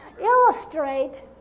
illustrate